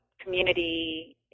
community